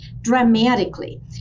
dramatically